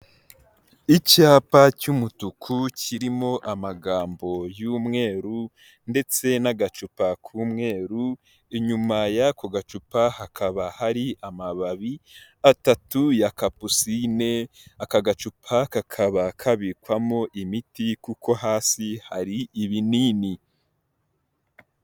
Icyapa cy'umutuku kirimo amagambo y'umweru ndetse n'agacupa k'umweru, inyuma y'ako gacupa hakaba hari amababi atatu ya kapusine, aka gacupa kakaba kabikwamo imiti kuko hasi hari ibinini.